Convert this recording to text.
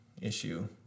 issue